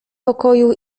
pokoju